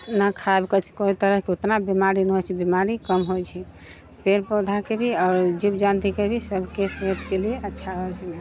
न खायब उतना तरहके बिमारी न होइत छै बिमारी कम होइत छै पेड़ पौधाके भी आओर जीव जन्तुके भी सभके सेहतके लिए अच्छा होइत छै